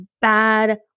bad